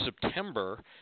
September